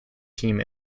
team